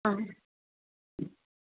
ஆ